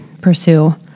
pursue